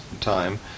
time